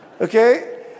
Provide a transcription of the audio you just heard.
Okay